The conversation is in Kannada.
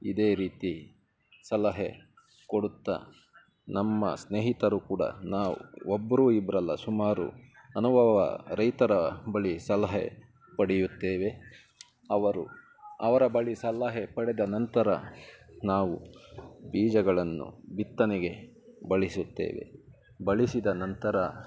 ಇದೇ ರೀತಿ ಸಲಹೆ ಕೊಡುತ್ತ ನಮ್ಮ ಸ್ನೇಹಿತರು ಕೂಡ ನಾವು ಒಬ್ಬರು ಇಬ್ಬರಲ್ಲ ಸುಮಾರು ಅನುಭವ ರೈತರ ಬಳಿ ಸಲಹೆ ಪಡೆಯುತ್ತೇವೆ ಅವರು ಅವರ ಬಳಿ ಸಲಹೆ ಪಡೆದ ನಂತರ ನಾವು ಬೀಜಗಳನ್ನು ಬಿತ್ತನೆಗೆ ಬಳಸುತ್ತೇವೆ ಬಳಸಿದ ನಂತರ